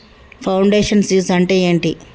Foundation seeds అంటే ఏంటి?